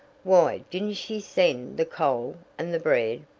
why, didn't she send the coal and the bread?